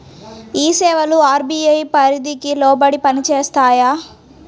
ఈ సేవలు అర్.బీ.ఐ పరిధికి లోబడి పని చేస్తాయా?